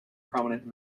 prominent